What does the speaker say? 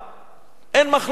אין מחלוקת על זה.